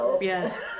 yes